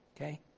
Okay